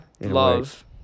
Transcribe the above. love